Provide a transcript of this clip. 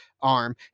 arm